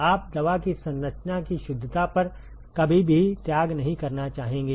आप दवा की संरचना की शुद्धता पर कभी भी त्याग नहीं करना चाहेंगे